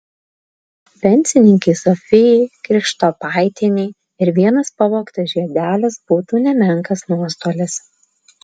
pensininkei zofijai krištopaitienei ir vienas pavogtas žiedelis būtų nemenkas nuostolis